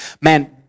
man